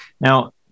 Now